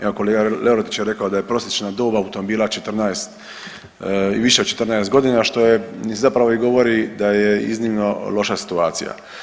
Evo kolega Lerotić je rekao da je prosječna dob automobila 14 i više od 14 godina što je zapravo i govori da je iznimno loša situacija.